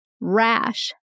rash